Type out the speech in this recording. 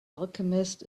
alchemist